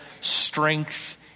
strength